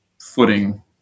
footing